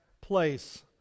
place